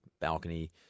balcony